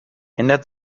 ändert